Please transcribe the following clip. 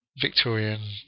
Victorian